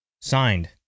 Signed